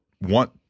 want